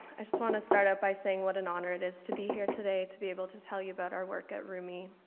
i just want to start up by saying what an honor it is to be here today to be able to tell you about our work at rumie.